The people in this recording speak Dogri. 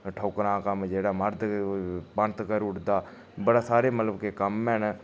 ठौकुरें दा कम्म जेह्ड़ा मड़द पन्त करी ओड़दा बड़े सारें मतलब कि कम्मै ने